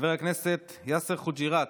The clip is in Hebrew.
חבר הכנסת יאסר חוג'יראת,